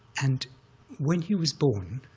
and when he was born,